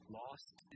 lost